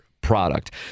product